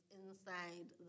inside